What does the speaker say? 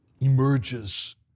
emerges